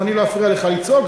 ואני לא אפריע לך לצעוק,